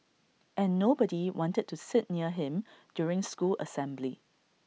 and nobody wanted to sit near him during school assembly